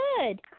good